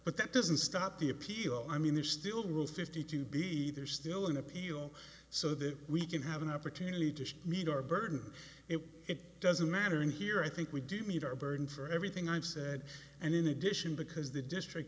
but that doesn't stop the appeal i mean they're still rule fifty to be there still an appeal so that we can have an opportunity to meet our burden if it doesn't matter and here i think we do need our burden for everything i've said and in addition because the district